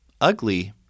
ugly